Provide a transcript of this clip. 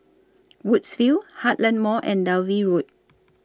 Woodsville Heartland Mall and Dalvey Road